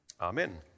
Amen